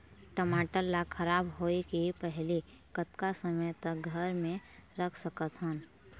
टमाटर ला खराब होय के पहले कतका समय तक घर मे रख सकत हन?